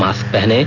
mask पहनें